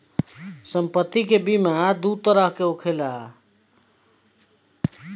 सम्पति के बीमा दू तरह के होखेला